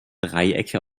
dreiecke